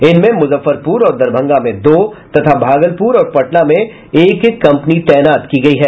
इनमें मुजफ्फरपुर और दरभंगा में दो तथा भागलपुर और पटना में एक एक कंपनी तैनात की गयी है